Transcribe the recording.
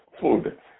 food